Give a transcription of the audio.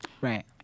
right